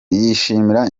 yishimira